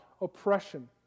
oppression